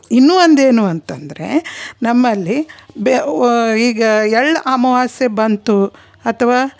ಇನ್ನೂ ಒಂದು ಏನು ಅಂತಂದರೆ ನಮ್ಮಲ್ಲಿ ಬೆ ವ ಈಗ ಎಳ್ಳು ಅಮಾವಾಸ್ಯೆ ಬಂತು ಅಥವಾ